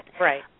right